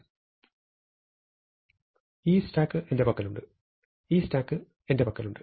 അതിനാൽ ഈ സ്റ്റാക്ക്എന്റെ പക്കലുണ്ട് ഈ സ്റ്റാക്ക്എന്റെ പക്കലുണ്ട്